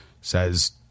says